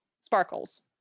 sparkles